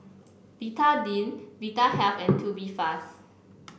Betadine Vitahealth and Tubifast